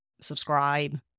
subscribe